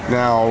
now